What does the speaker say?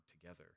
together